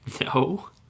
No